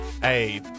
Hey